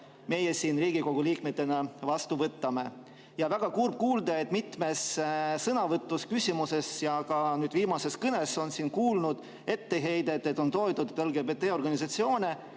meie siin Riigikogu liikmetena vastu võtame. Ja väga kurb, et mitmes sõnavõtus, küsimuses ja ka nüüd viimases kõnes on siin ette heidetud, et on toetatud LGBT-organisatsioone.